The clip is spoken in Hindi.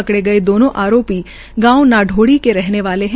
पकड़े गए दोनों आरोपी गांव ना ोड़ी के रहने वाले है